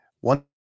One